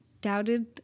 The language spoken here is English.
doubted